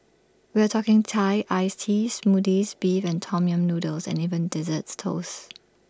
we're talking Thai iced teas Smoothies Beef and Tom yam noodles and even desserts toasts